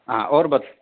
ہاں اور بس